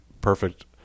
perfect